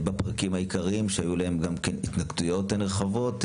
הוא מצומצם בפרקים העיקריים שהיו לגביהם התנגדויות נרחבות,